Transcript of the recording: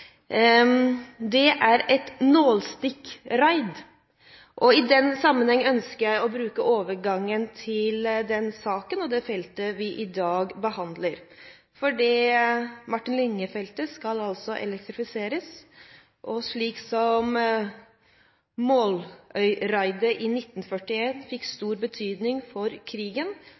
Det var et nålestikkraid. I den sammenheng ønsker jeg å bruke det som overgang til den saken og det feltet vi i dag behandler. Martin Linge-feltet skal altså elektrifiseres. Slik som Måløy-raidet i 1941 fikk stor betydning for krigen,